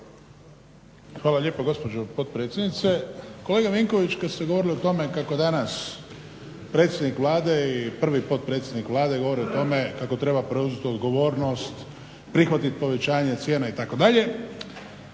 Hvala lijepo gospođo potpredsjednice. Kolega Vinković, kad ste govorili o tome kako danas predsjednik Vlade i prvi potpredsjednik Vlade govori o tome kako treba preuzeti odgovornost, prihvatiti povećanje cijena itd.